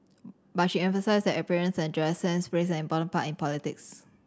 but she emphasised that appearances and dress sense played an important part in politics